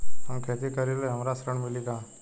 हम खेती करीले हमरा ऋण मिली का?